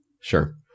sure